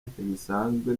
ntibisanzwe